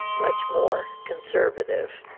much more conservative.